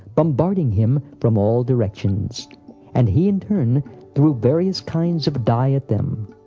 bombarding him from all directions and he in turn threw various kinds of dye at them.